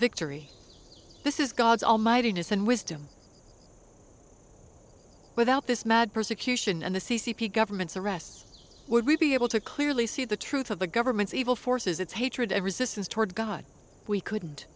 victory this is god's almightiness and wisdom without this mad persecution and the c c p governments arrests would we be able to clearly see the truth of the government's evil forces its hatred and resistance toward god we could